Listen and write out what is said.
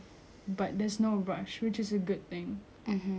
cause there is no time limit for it anything that you wanna do